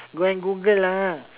go and Google lah